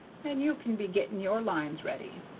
and you can be getting your lines ready.